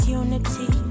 unity